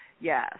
yes